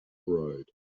road